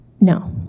No